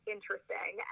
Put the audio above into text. interesting